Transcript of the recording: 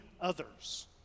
others